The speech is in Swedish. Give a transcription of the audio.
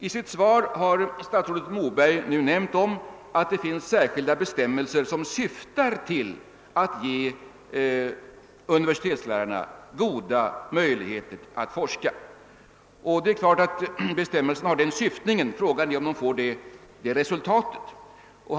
I sitt svar har statsrådet Moberg nämnt att det finns särskilda bestämmelser som syftar till att ge universitetslärarna goda möjligheter att forska. Det är klart att bestämmelserna har denna syftning, men frågan är om de får det resultat som avses.